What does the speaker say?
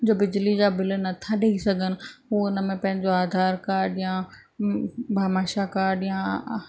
जो बिजली जा बिल नथा ॾेई सघनि उहो हुन में पंहिंजो आधार काड या भामाशाह काड या